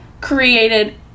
created